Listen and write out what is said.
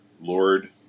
Lord